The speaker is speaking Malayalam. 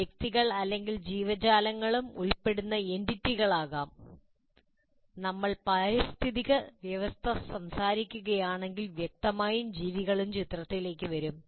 വ്യക്തികൾ അല്ലെങ്കിൽ ജീവജാലങ്ങളും ഉൾപ്പെടുന്ന എന്റിറ്റികളാകാം നമ്മൾ പാരിസ്ഥിതിക വ്യവസ്ഥ സംസാരിക്കുകയാണെങ്കിൽ വ്യക്തമായും ജീവികളും ചിത്രത്തിലേക്ക് വരും